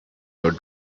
your